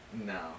No